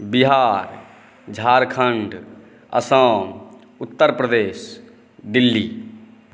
Bihar Jharkhand Assam Uttar Pradesh Delhi